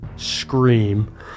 scream